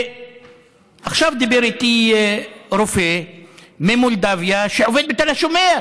ועכשיו דיבר איתי רופא ממולדובה שעובד בתל השומר,